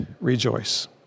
rejoice